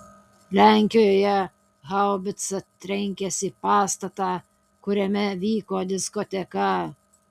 lenkijoje haubica trenkėsi į pastatą kuriame vyko diskoteka